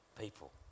people